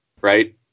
right